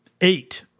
eight